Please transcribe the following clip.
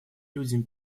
людям